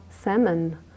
salmon